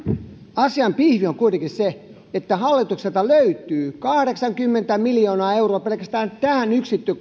asian pihvi on kuitenkin se että hallitukselta löytyy kahdeksankymmentä miljoonaa euroa kuin manulle illallinen pelkästään tähän